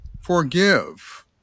forgive